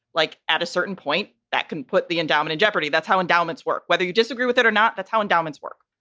like at a certain point, that can put the endowment in jeopardy. that's how endowments work, whether you disagree with it or not, that's how endowments work.